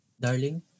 Darling